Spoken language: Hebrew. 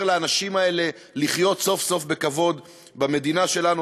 לאנשים האלה לחיות סוף-סוף בכבוד במדינה שלנו.